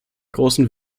großen